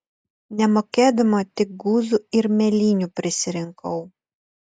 nemokėdama tik guzų ir mėlynių prisirinkau